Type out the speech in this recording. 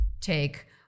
take